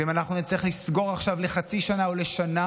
ואם אנחנו נצטרך לסגור עכשיו לחצי שנה או לשנה